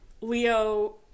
Leo